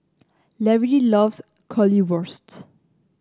Lary loves Currywurst